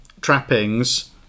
trappings